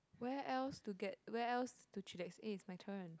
where else to get where else to eh it's my turn